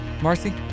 Marcy